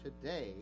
today